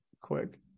quick